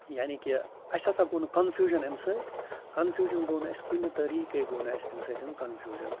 یعنی کہِ اَسہِ ہَسا گوٚو نہٕ کَنفیوٗجَن اَمہِ سۭتۍ کَنفیوٗجَن گوٚو نہٕ اَسہِ کُنہِ طٔریٖقَے گوٚو نہٕ اَسہِ اَمہِ سۭتۍ کَنفیوٗجَن